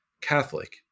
Catholic